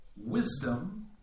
wisdom